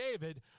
David